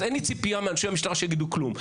אז אין לי ציפייה מאנשי המשטרה שיגידו כלום.